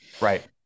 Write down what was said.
right